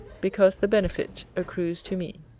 because the benefit accrues to me.